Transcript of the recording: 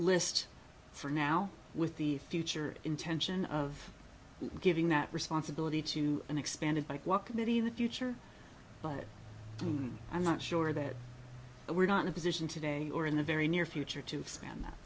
list for now with the future intention of giving that responsibility to an expanded bike walk maybe the future but i'm not sure that we're not in a position today or in the very near future to expand that